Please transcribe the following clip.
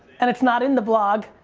and it's not in the vlog,